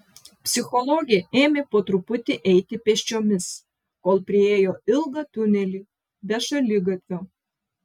psichologė ėmė po truputį eiti pėsčiomis kol priėjo ilgą tunelį be šaligatvio